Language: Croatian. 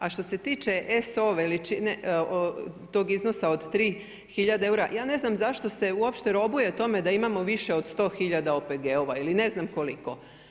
A što se tiče SO veličine tog iznosa od 3000 eura, ja ne znam zašto se uopće robuje tome da imamo više od 100 tisuća OPG-ova ili ne znam koliko.